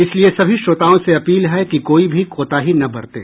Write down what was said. इसलिए सभी श्रोताओं से अपील है कि कोई भी कोताही न बरतें